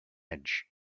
edge